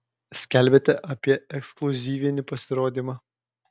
skelbiate apie ekskliuzyvinį pasirodymą